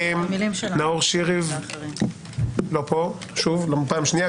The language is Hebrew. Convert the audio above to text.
נאור שירי לא פה, שוב, כבר פעם שנייה.